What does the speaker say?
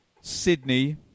Sydney